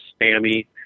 spammy